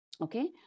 Okay